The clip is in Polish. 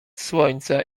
słońca